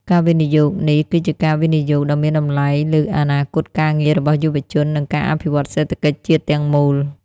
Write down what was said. ការវិនិយោគនេះគឺជាការវិនិយោគដ៏មានតម្លៃលើអនាគតការងាររបស់យុវជន និងការអភិវឌ្ឍសេដ្ឋកិច្ចជាតិទាំងមូល។